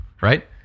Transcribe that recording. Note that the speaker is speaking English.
right